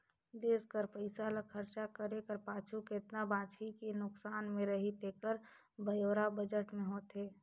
देस कर पइसा ल खरचा करे कर पाछू केतना बांचही कि नोसकान में रही तेकर ब्योरा बजट में होथे